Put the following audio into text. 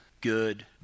good